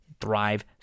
Thrive